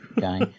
guy